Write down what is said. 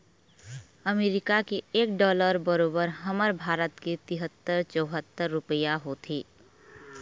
अमरीका के एक डॉलर बरोबर हमर भारत के तिहत्तर चउहत्तर रूपइया होथे